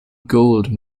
gold